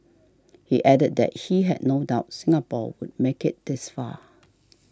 he added that he had no doubt Singapore would make it this far